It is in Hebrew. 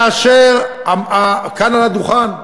רבותי, כאשר כאן, על הדוכן,